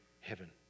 heaven